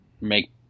Make